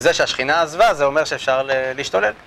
זה שהשכינה עזבה זה אומר שאפשר להשתולל